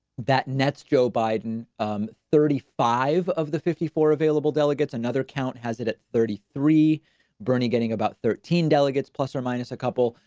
that nets joe biden um thirty five of the fifty four available delegates another count has it at thirty three berne getting about thirteen delegates plus, or minus a couple.